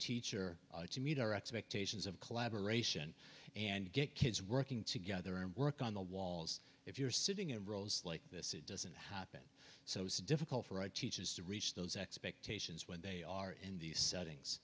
teacher to meet our expectations of collaboration and get kids working together and work on the walls if you're sitting in rows like this it doesn't happen so it's difficult for our teachers to reach those expectations when they are in these settings